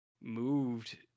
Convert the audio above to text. moved